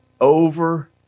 Over